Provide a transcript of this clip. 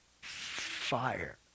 fire